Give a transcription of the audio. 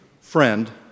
friend